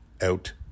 Out